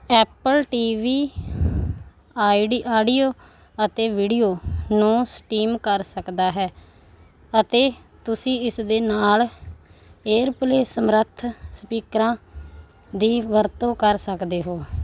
Apple T V I D audio ਅਤੇ video ਨੂੰ stream ਕਰ ਸਕਦਾ ਹੈ ਅਤੇ ਤੁਸੀਂ ਇਸ ਦੇ ਨਾਲ ਏਅਰਪਲੇ ਸਮਰੱਥ ਸਪੀਕਰਾਂ ਦੀ ਵਰਤੋਂ ਕਰ ਸਕਦੇ ਹੋ